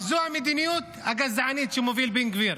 זו המדיניות הגזענית שמוביל בן גביר.